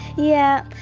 yeah,